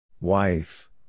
Wife